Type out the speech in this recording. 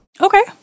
Okay